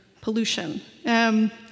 pollution